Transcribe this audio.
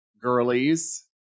girlies